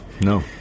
no